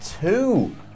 two